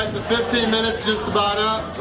the fifteen minutes just about ah